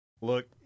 Look